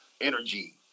energy